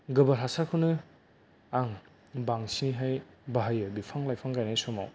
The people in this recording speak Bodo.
गोबोर हासारखौनो आं बांसिनहाय बाहायो बिफां लाइफां गायनाय समाव